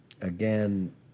again